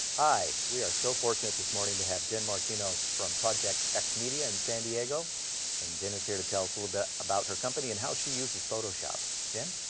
hi, we are so fortunate this morning to have jen martino from project x-media in san diego and jen is here to tell us a little bit about her company and how she uses photoshop. jen?